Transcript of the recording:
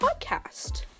podcast